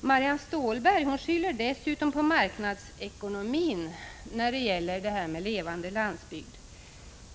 Marianne Stålberg skyller dessutom på marknadsekonomin när det gäller den levande landsbygden.